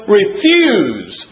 refuse